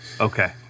Okay